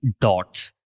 dots